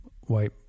white